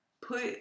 put